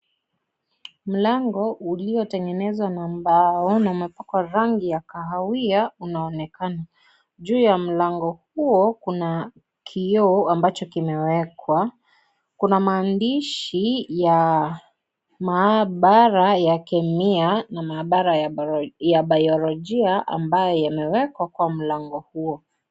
Mlango uliotengenezwa na mbao na umepakwa rangi ya kahawia unaonekana. Juu ya mlango huo kuna kioo ambacho kimewekwa. Kuna maandishi ya maabara ya Bayolojia na maabara ya Kemia ambayo yamewekwa kwa mlango huo.